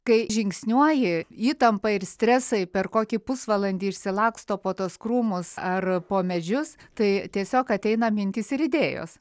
kai žingsniuoji įtampa ir stresai per kokį pusvalandį išsilaksto po tuos krūmus ar po medžius tai tiesiog ateina mintys ir idėjos